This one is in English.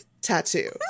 Tattoo